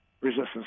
resistance